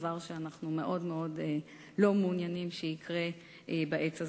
דבר שאנחנו מאוד מאוד לא מעוניינים שיקרה בעת הזאת.